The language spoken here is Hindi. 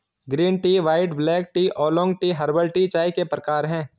green tea white black tea oolong tea herbal tea चाय के प्रकार है